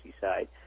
side